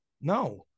No